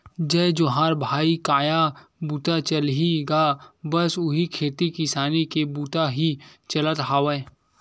जय जोहार भाई काय बूता चलही गा बस उही खेती किसानी के बुता ही चलत हवय